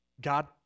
God